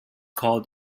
called